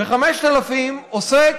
5000 עוסק